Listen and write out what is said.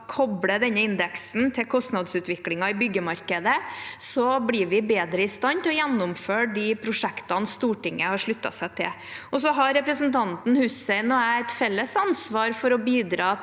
koble denne indeksen til kostnadsutviklingen i byggemarkedet blir vi bedre i stand til å gjennomføre de prosjektene Stortinget har sluttet seg til. Så har representanten Hussein og jeg et felles ansvar for å bidra til